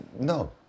No